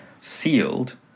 sealed